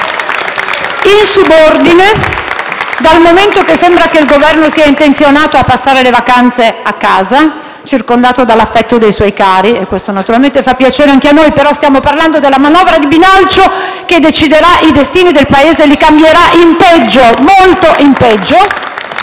Misto-LeU)*. Il Governo sembra invece intenzionato a trascorrere le vacanze a casa, circondato dall'affetto dei suoi cari. Questo naturalmente fa piacere anche a noi, ma stiamo parlando della manovra di bilancio che deciderà i destini del Paese e li cambierà in peggio, molto in peggio.